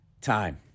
time